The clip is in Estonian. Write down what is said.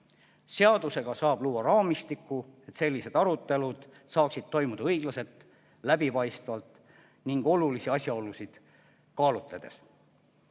Seadusega saab luua raamistiku, et sellised arutelud saaksid toimuda õiglaselt, läbipaistvalt ning olulisi asjaolusid kaalutledes.